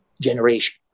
generation